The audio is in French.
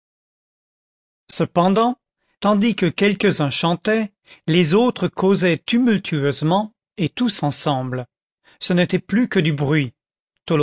cependant tandis que quelques-uns chantaient les autres causaient tumultueusement et tous ensemble ce n'était plus que du bruit